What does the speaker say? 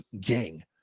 gang